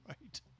Right